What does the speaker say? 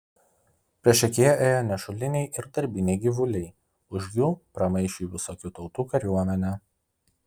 priešakyje ėjo nešuliniai ir darbiniai gyvuliai už jų pramaišiui visokių tautų kariuomenė